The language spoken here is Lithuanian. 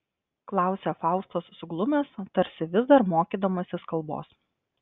klausia faustas suglumęs tarsi vis dar mokydamasis kalbos